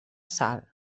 sal